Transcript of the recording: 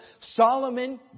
Solomon